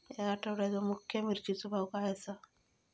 या आठवड्याचो सुख्या मिर्चीचो भाव काय आसा?